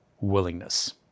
willingness